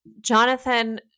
Jonathan